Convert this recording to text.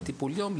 לטיפול יום,